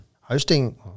Hosting